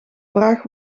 vraag